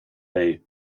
day